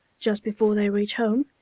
just before they reach home,